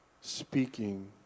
speaking